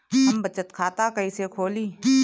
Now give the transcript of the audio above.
हम बचत खाता कईसे खोली?